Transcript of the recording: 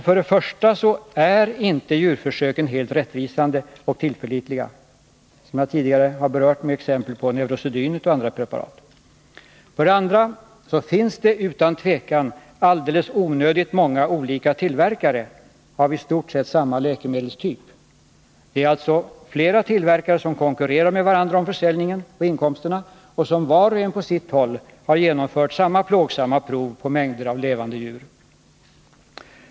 För det första är inte djurförsöken helt rättvisande och tillförlitliga, som jag tidigare har berört med exempel på neurosedynet och andra preparat. För det andra finns det utan tvivel alldeles onödigt många olika tillverkare av i stort sett samma läkemedel. Det är alltså flera tillverkare som konkurrerar med varandra om försäljningen och inkomsterna och som, var och en på sitt håll, har genomfört samma plågsamma prov på mängder av levande djur.